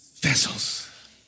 vessels